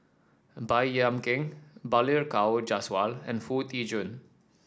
Baey Yam Keng Balli Kaur Jaswal and Foo Tee Jun